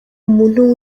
umuntu